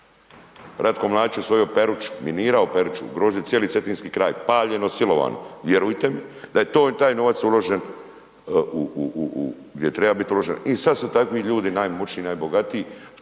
Ratko Mladić je osvojio Peruču, minirao Peruču, ugrozili cijeli Cetinski kraj, paljeno, silovano. Vjerujte mi da je taj novac uložen gdje treba biti uložen i sad su takvi ljudi najmoćniji i najbogatiji.